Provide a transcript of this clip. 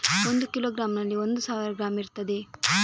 ಒಂದು ಕಿಲೋಗ್ರಾಂನಲ್ಲಿ ಒಂದು ಸಾವಿರ ಗ್ರಾಂ ಇರ್ತದೆ